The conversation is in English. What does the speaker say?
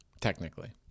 Technically